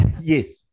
Yes